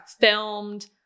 filmed